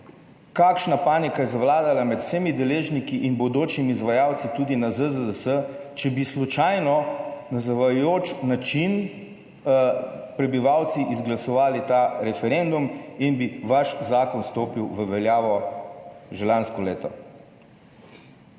kakšna panika je zavladala med vsemi deležniki in bodočimi izvajalci tudi na ZZZS, če bi slučajno na zavajajoč način prebivalci izglasovali ta referendum in bi vaš zakon stopil v veljavo že lansko leto.